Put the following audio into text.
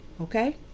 Okay